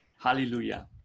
hallelujah